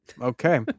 Okay